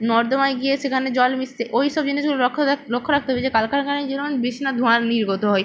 নর্দমায় গিয়ে সেখানে জল মিশছে ওই সব জিনিসগুলো লক্ষ্য লক্ষ্য রাখতে হবে যে কলকারখানায় বেশি না ধোঁয়া নির্গত হয়